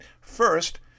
First